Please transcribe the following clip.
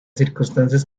circunstancias